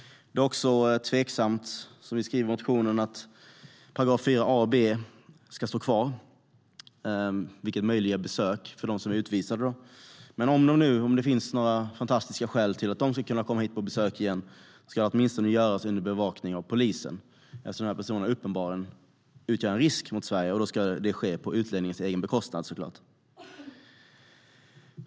Det är också tveksamt, som vi skriver i motionen, om 4 a och 4 b §§ ska stå kvar. Det möjliggör besök för dem som är utvisade. Om det nu finns några fantastiska skäl för att de ska kunna komma hit på besök igen ska det åtminstone göras under bevakning av polisen eftersom de här personerna uppenbarligen utgör en risk för Sverige. Då ska det också såklart ske på utlänningens egen bekostnad.